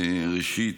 ראשית,